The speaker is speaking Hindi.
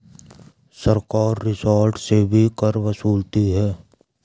सरकार रेस्टोरेंट से भी कर वसूलती है